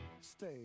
stay